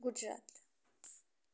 Gujarat